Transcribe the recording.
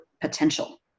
potential